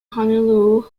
honolulu